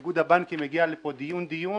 איגוד הבנקים הגיע לפה דיון דיון